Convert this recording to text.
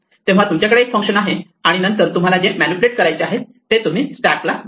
तेव्हा तुमच्याकडे एक फंक्शन आहे आणि नंतर तुम्हाला जे मॅनिप्युलेट करायचे आहे ते तुम्ही स्टॅक ला देतात